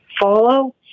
follow